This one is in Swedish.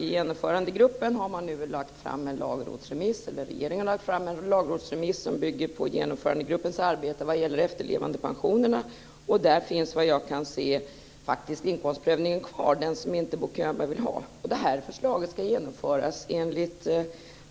Regeringen har nu lagt fram en lagrådsremiss som bygger på Genomförandegruppens arbete vad gäller efterlevandepensionerna. Där finns, såvitt jag kan se, inkomstprövningen faktiskt kvar - den inkomstprövning som Bo Könberg inte vill ha. Förslaget ska enligt